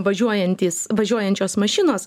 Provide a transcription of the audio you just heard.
važiuojantys važiuojančios mašinos